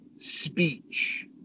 Speech